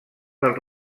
del